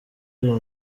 uyu